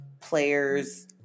players